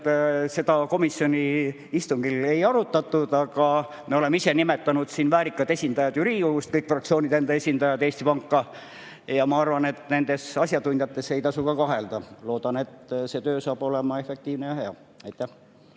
seda komisjoni istungil ei arutatud. Aga me oleme ise nimetanud väärikad esindajad Riigikogust, iga fraktsioon enda esindaja, Eesti Panga Nõukogusse. Ma arvan, et nendes asjatundjates ei tasu kahelda. Loodan, et see töö saab olema efektiivne ja hea. Lühike